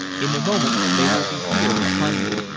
in a moment they will be here upon you.